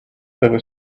over